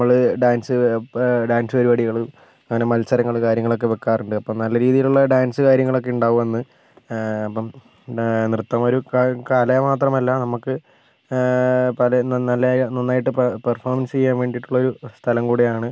നമ്മൾ dance dance പരിപാടികൾ അങ്ങനെ മത്സരങ്ങൾ കാര്യങ്ങൾ ഒക്കെ വയ്ക്കാറുണ്ട് അപ്പം നല്ല രീതിയിലുള്ള ഡാൻസ് കാര്യങ്ങൾ ഒക്കെ ഉണ്ടാവും അന്ന് അപ്പം നൃത്തം ഒരു ക കല മാത്രമല്ല നമുക്ക് പല നന്ന നല്ല നന്നായിട്ട് പെർ പെർഫോമൻസ് ചെയ്യാൻ വേണ്ടിയിട്ടുള്ള ഒരു സ്ഥലം കൂടെയാണ്